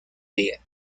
día